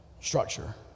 structure